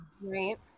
right